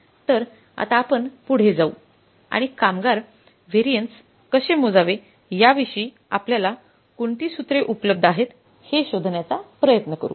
तर आता आपण पुढे जाऊ आणि कामगा रव्हॅरियन्स कसे मोजावे याविषयी आपल्याला कोणती सूत्रे उपलब्ध आहेत हे शोधण्याचा प्रयत्न केला करू